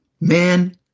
Man